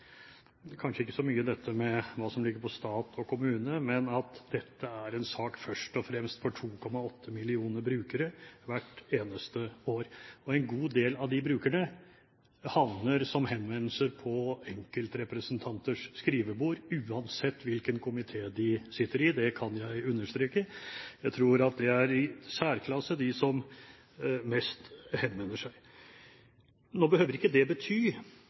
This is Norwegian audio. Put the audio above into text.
dette først og fremst er en sak for 2,8 millioner brukere hvert eneste år. En god del av de brukerne havner som henvendelser på enkeltrepresentanters skrivebord, uansett hvilken komité en sitter i. Det kan jeg understreke. Jeg tror at det er i særklasse de som mest henvender seg. Nå behøver ikke det bety